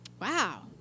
Wow